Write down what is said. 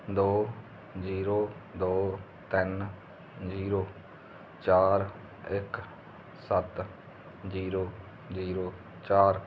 ਦੋ ਜ਼ੀਰੋ ਦੋ ਤਿੰਨ ਜ਼ੀਰੋ ਚਾਰ ਇੱਕ ਸੱਤ ਜ਼ੀਰੋ ਜ਼ੀਰੋ ਚਾਰ